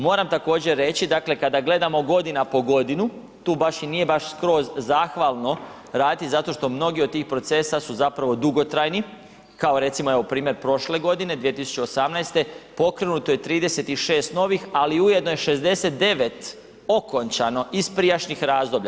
Moram također, reći dakle, kada gledamo godina po godinu, tu baš i nije baš skroz zahvalno raditi zato što mnogi od tih procesa su zapravo dugotrajni, kao recimo evo, primjer prošle godine, 2018. pokrenuto je 36 novih, ali je ujedno je 69 okončano iz prijašnjih razdoblja.